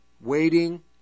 waiting